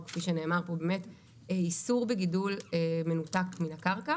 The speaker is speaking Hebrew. הוא כפי שנאמר פה הוא באמת איסור בגידול מנותק מן הקרקע